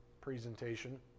presentation